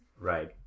Right